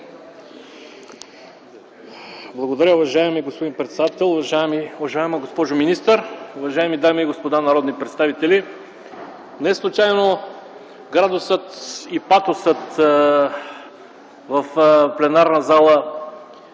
Благодаря, уважаеми господин председател. Уважаема госпожо министър, уважаеми дами и господа народни представители! Неслучайно градусът и патосът в пленарна зала